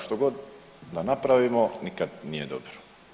Što god da napravimo nikad nije dobro.